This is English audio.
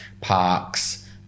parks